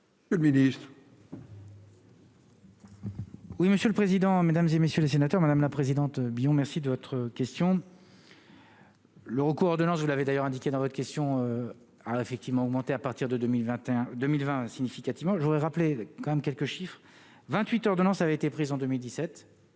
Monsieur le Ministre,